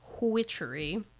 witchery